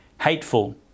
Hateful